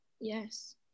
Yes